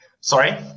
Sorry